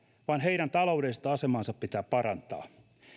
vaan heidän taloudellista asemaansa pitää parantaa